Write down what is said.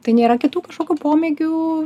tai nėra kitų kažkokių pomėgių